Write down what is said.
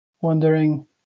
wondering